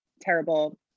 terrible